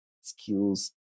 skills